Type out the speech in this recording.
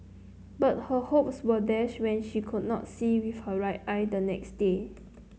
but her hopes were dashed when she could not see with her right eye the next day